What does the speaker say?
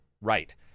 right